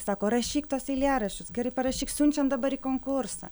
sako rašyk tuos eilėraščius gerai parašyk siunčiam dabar į konkursą